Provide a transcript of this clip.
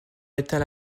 éteint